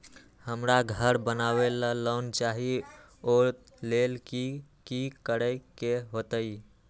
हमरा घर बनाबे ला लोन चाहि ओ लेल की की करे के होतई?